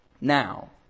now